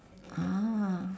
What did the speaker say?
ah